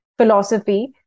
philosophy